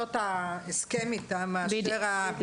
בדרישות ההסכם איתם מאשר --- בדיוק.